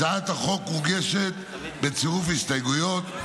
הצעת החוק מוגשת בצירוף הסתייגויות.